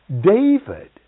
David